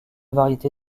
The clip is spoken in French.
variété